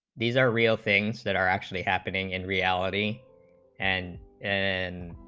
these are real things that are actually happening in reality and and